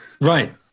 right